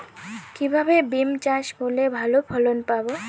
কিভাবে বিম চাষ করলে ভালো ফলন পাব?